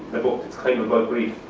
my book, a time about grief.